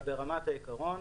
אבל ברמת העיקרון,